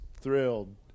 thrilled